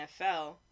NFL